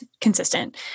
consistent